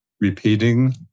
repeating